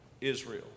Israel